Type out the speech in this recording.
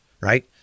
Right